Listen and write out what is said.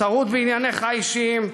טרוד בענייניך האישיים,